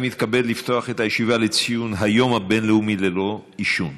אני מתכבד לפתוח את הישיבה לציון היום הבין-לאומי ללא עישון.